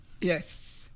Yes